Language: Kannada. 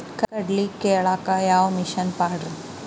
ಕಡ್ಲಿ ಕೇಳಾಕ ಯಾವ ಮಿಷನ್ ಪಾಡ್ರಿ?